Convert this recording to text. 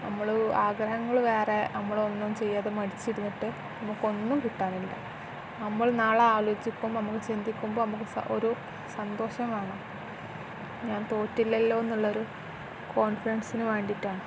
നമ്മളുടെ ആഗ്രഹങ്ങൾ വേറെ നമ്മളൊന്നും ചെയ്യാതെ മടിച്ചിരുന്നിട്ട് നമുക്കൊന്നും കിട്ടാനില്ല നമ്മൾ നാളെ ആലോചിക്കുമ്പോൾ നമുക്ക് ചിന്തിക്കുമ്പോൾ നമുക്ക് ഒരു സന്തോഷമാണ് ഞാൻ തോറ്റില്ലല്ലോ എന്നുള്ളൊരു കോൺഫിഡൻസിന് വേണ്ടിയിട്ടാണ്